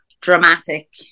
dramatic